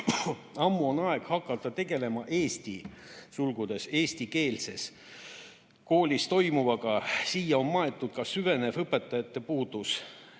Ammu on aeg hakata tegelema eesti (eestikeelses) koolis toimuvaga; siia on maetud ka süvenev õpetajate puudus